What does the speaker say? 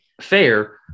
fair